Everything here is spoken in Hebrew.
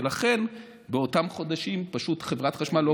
ולכן באותם חודשים חברת החשמל פשוט לא